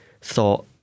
thought